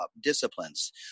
disciplines